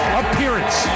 appearance